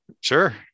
Sure